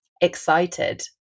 excited